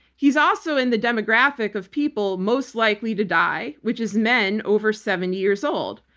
he's also in the demographic of people most likely to die, which is men over seventy years old.